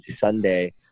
Sunday